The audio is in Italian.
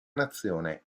nazione